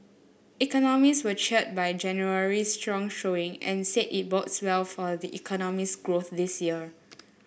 economists were cheered by January strong showing and said it bodes well for the economy's growth this year